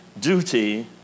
duty